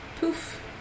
poof